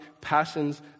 passions